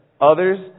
others